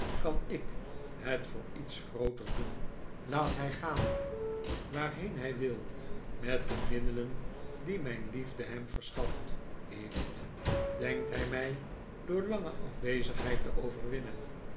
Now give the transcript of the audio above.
kan ik het voor iets grooters doen laat hij gaaii waarheen hij wil met de middelen die mijn liefde hem verschaft heeft denkt hij mij door lange afwezigheid te overwinnen